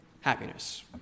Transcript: happiness